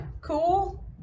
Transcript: cool